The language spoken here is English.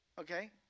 Okay